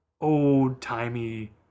old-timey